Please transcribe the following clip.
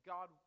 God